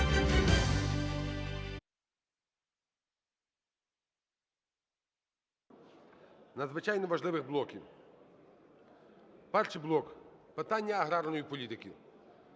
надзвичайно важливих блоки. Перший блок – питання аграрної політики,